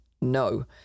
No